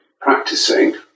Practicing